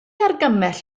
argymell